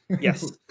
Yes